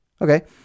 Okay